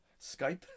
Skype